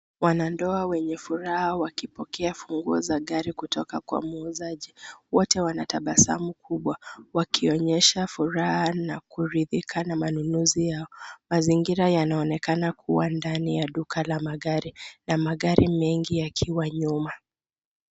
Wanandoa wenye furaha wakipokea funguo za gari kutoka kwa muuzaji. Wote wanatabasamu kubwa wakionyesha furaha na kurithika na manunuzi ya mazingira yanaonekana kua ndani ya duka la magari na magari mengi yakiwa nyuma.